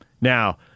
Now